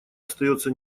остается